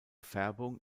färbung